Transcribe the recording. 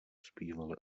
zpívali